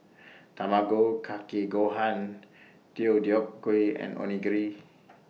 Tamago Kake Gohan Deodeok Gui and Onigiri